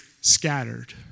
scattered